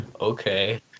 okay